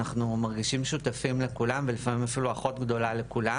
אנחנו מרגישים שאנחנו שותפים לכולם ולפעמים אפילו אחות גדולה לכולם